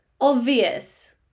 obvious